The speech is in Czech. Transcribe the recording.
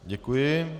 Děkuji.